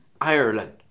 Ireland